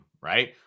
right